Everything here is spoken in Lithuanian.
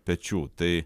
pečių tai